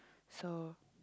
so